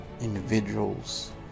individuals